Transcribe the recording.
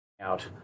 out